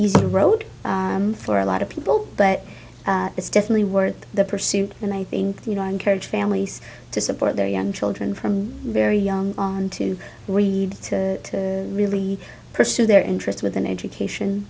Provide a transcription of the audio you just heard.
easy road for a lot of people but it's definitely worth the pursuit and i think you know i encourage families to support their young children from very young on to read to really pursue their interests with an education